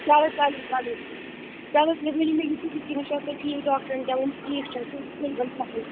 چلو چلو چلو چلو تُہۍ وٕنِو مےٚ یِتُے نِچ ٲسا ٹھیٖک ڈاکٹرن کیاہ ووٚن ٹھیٖک چھا